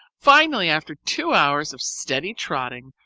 finally, after two hours of steady trotting,